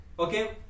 Okay